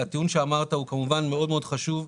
הטיעון שאמרת הוא כמובן מאוד חשוב.